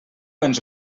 ens